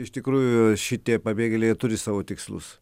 iš tikrųjų šitie pabėgėliai turi savo tikslus